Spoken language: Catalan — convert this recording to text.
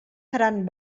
seran